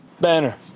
Banner